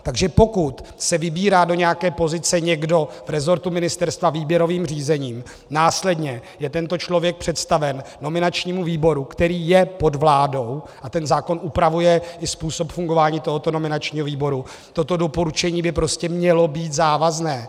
Takže pokud se vybírá do nějaké pozice někdo v rezortu ministerstva výběrovým řízením, následně je tento člověk představen nominačnímu výboru, který je pod vládou, a ten zákon upravuje i způsob fungování tohoto nominačního výboru, toto doporučení by prostě mělo být závazné.